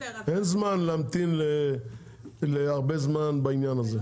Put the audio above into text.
אין זמן רב להמתין בעניין הזה,